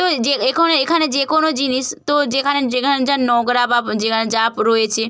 তো যে এখানে এখানে যে কোনো জিনিস তো যেখানে যেখানে যার নোংরা বা যেখানে যা রয়েছে